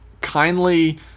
kindly